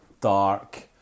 dark